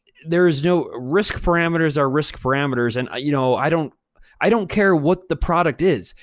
there is no, risk parameters are risk parameters. and you know i don't i don't care what the product is.